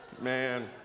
man